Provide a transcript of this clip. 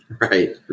right